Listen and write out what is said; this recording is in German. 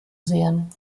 sehen